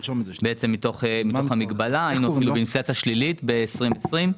היינו באינפלציה שלילית ב-2020,